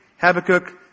Habakkuk